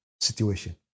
Situation